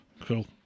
Cool